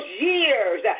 years